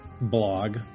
blog